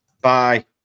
Bye